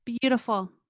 Beautiful